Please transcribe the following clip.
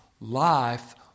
life